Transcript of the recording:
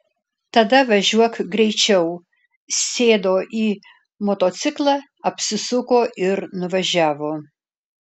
tada važiuok greičiau sėdo į motociklą apsisuko ir nuvažiavo